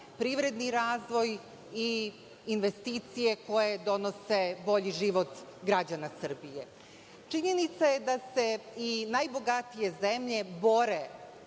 privredni razvoj i investicije koje donose bolji život građana Srbije. Činjenica je da se i najbogatije zemlje bore